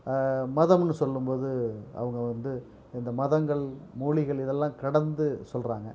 மதம்னு சொல்லும் போது அவங்க வந்து இந்த மதங்கள் மொழிகள் இதெல்லாம் கடந்து சொல்கிறாங்க